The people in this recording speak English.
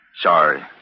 Sorry